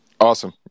Awesome